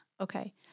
Okay